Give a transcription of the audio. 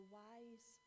wise